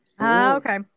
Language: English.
okay